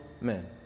man